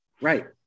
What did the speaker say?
right